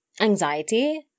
anxiety